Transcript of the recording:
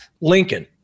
Lincoln